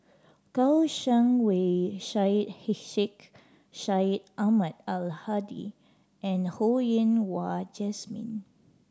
Kouo Shang Wei Syed Sheikh Syed Ahmad Al Hadi and Ho Yen Wah Jesmine